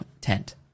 tent